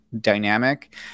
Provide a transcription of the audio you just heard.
dynamic